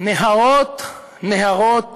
נהרות-נהרות